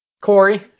Corey